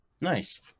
Nice